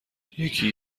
یکی